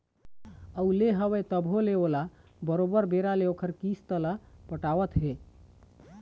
अउ ले हवय तभो ले ओला बरोबर बेरा ले ओखर किस्त ल पटावत हे